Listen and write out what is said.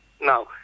Now